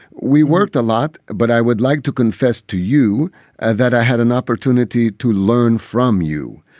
we worked a lot. but i would like to confess to you that i had an opportunity to learn from you.